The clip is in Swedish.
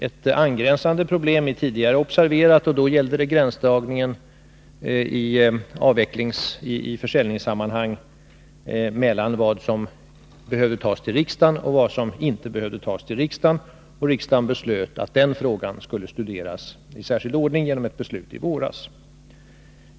Ett angränsande problem har observerats tidigare. Då gällde det gränsdragningen i försäljningssammanhang mellan vad som behövde tas till riksdagen och vad som inte behövde tas till riksdagen, och riksdagen beslöt att den frågan skulle studeras i särskild ordning genom ett beslut i våras.